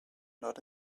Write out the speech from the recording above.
not